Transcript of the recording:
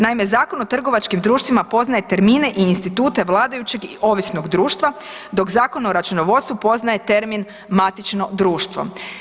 Naime, Zakon o trgovačkim društvima poznaje termine i institute vladajućeg i ovisnog društva dok Zakon o računovodstvu poznaje termin matično društvo.